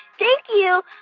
thank you.